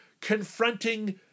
confronting